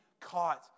caught